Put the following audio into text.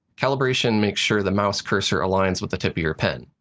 calibration makes sure the mouse cursor aligns with the tip of your pen.